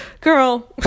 girl